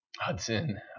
Hudson